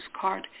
card